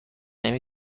نمی